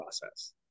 process